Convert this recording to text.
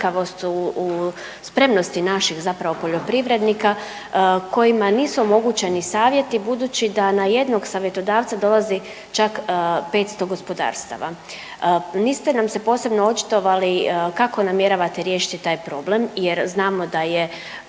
u spremnosti naših zapravo poljoprivrednika kojima nisu omogućeni savjeti budući da na jednog savjetodavca dolazi čak 500 gospodarstava. Niste nam se posebno očitovali kako namjeravate riješiti taj problem, jer znamo da je